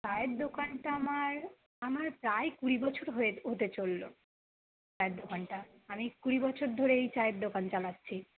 চায়ের দোকানটা আমার আমার প্রায় কুড়ি বছর হয়ে হতে চললো চায়ের দোকানটা আমি কুড়ি বছর ধরে এই চায়ের দোকান চালাচ্ছি